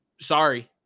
sorry